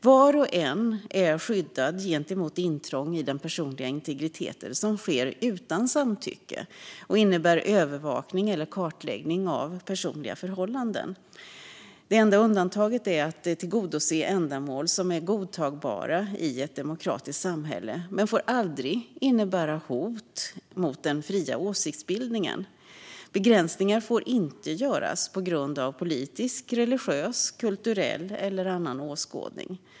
Var och en är skyddad mot intrång i den personliga integriteten som sker utan samtycke och innebär övervakning eller kartläggning av personliga förhållanden. Undantag görs bara för att tillgodose ändamål som är godtagbara i ett demokratiskt samhälle och får aldrig innebära hot mot den fria åsiktsbildningen. Begränsningar får inte införas på grund av politisk, religiös, kulturell eller annan åskådning.